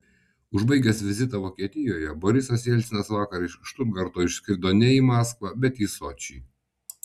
užbaigęs vizitą vokietijoje borisas jelcinas vakar iš štutgarto išskrido ne į maskvą bet į sočį